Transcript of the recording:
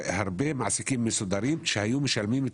הרבה מעסיקים מסודרים שהיו משלמים את